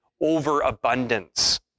overabundance